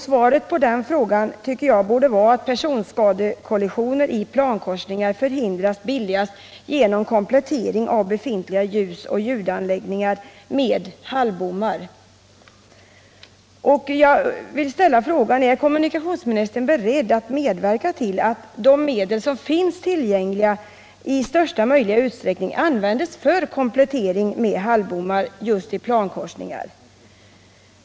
Svaret är att personskadekollisioner i plankorsningar förhindras billigast genom komplettering av befintliga ljusoch ljudanläggningar med halvbommar. Jag vill ställa frågan: Är kommunikationsministern beredd medverka till att de medel som finns tillgängliga i största möjliga utsträckning används för komplettering med halvbommar just i plankorsningar?